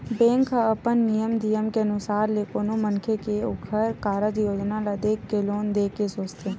bank ह अपन नियम धियम के अनुसार ले कोनो मनखे के ओखर कारज योजना ल देख के लोन देय के सोचथे